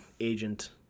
agent